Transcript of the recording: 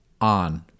on